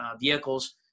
vehicles